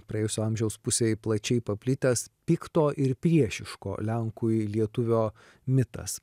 praėjusio amžiaus pusėj plačiai paplitęs pikto ir priešiško lenkui lietuvio mitas